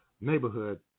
neighborhood